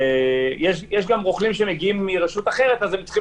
יש גם רוכלים שמגיעים מרשות אחרת אז הם צריכים